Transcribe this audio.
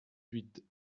huit